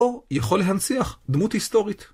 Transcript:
או יכול להנציח דמות היסטורית.